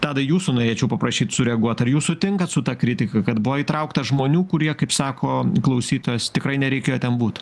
tadai jūsų norėčiau paprašyt sureaguot ar jūs sutinkat su ta kritika kad buvo įtraukta žmonių kurie kaip sako klausytojas tikrai nereikėjo ten būt